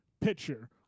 pitcher